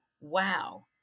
wow